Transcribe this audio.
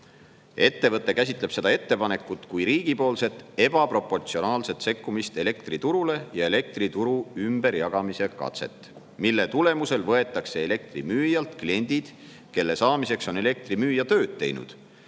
Ettevõte käsitleb seda ettepanekut kui riigipoolset ebaproportsionaalset sekkumist elektriturule ja elektrituru ümberjagamise katset, mille tulemusel võetakse elektrimüüjalt kliendid kelle saamiseks on elektrimüüja tööd teinud